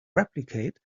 replicate